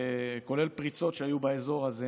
כולל פריצות שהיו באזור הזה